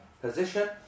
position